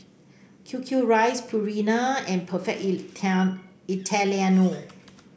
Q Q rice Purina and Perfect Italiano